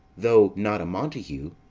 though not a montague.